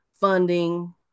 funding